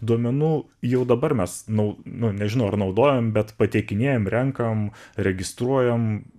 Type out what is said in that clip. duomenų jau dabar mes nau nu nežinau ar naudojam bet pateikinėjam renkam registruojam